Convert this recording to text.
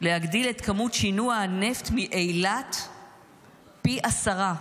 להגדיל את כמות שינוע הנפט מאילת פי עשרה,